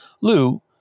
Lou